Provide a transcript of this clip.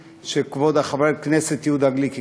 שכבוד חבר הכנסת יהודה גליק ציין,